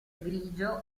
grigio